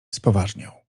spoważniał